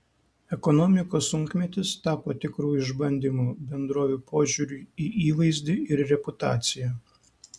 ekonomikos sunkmetis tapo tikru išbandymu bendrovių požiūriui į įvaizdį ir reputaciją